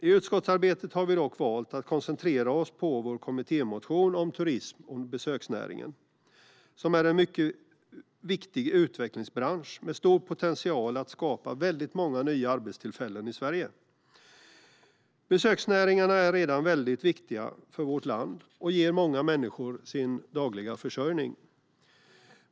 I utskottsarbetet har vi dock valt att koncentrera oss på vår kommittémotion om turismen och besöksnäringen, som är en mycket viktig utvecklingsbransch med stor potential att skapa väldigt många nya arbetstillfällen i Sverige. Besöksnäringarna är redan väldigt viktiga för vårt land och ger många människor deras dagliga försörjning.